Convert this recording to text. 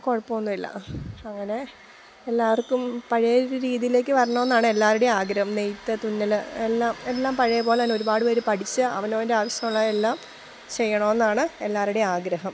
കുഴപ്പമൊന്നുമില്ല അങ്ങനെ എല്ലാവർക്കും പഴയ ഒരു രീതിയിലേക്ക് വരണമെന്നാണ് എല്ലാവരുടെയും ആഗ്രഹം നെയ്ത്ത് തുന്നല് എല്ലാം എല്ലാം പഴയ പോലെതന്നെ ഒരുപാട് പേര് പഠിച്ച് അവനവന്റെ ആവശ്യമുള്ളതെല്ലാം ചെയ്യണമെന്നാണ് എല്ലാവരുടെയും ആഗ്രഹം